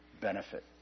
benefit